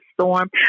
storm